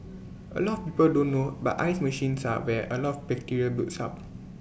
A lot of people don't know but ice machines are where A lot of bacteria builds up